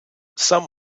some